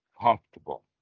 comfortable